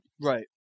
Right